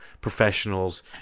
professionals